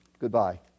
goodbye